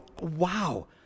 Wow